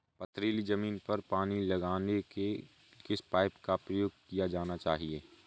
पथरीली ज़मीन पर पानी लगाने के किस पाइप का प्रयोग किया जाना चाहिए?